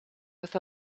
with